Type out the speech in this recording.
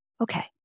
Okay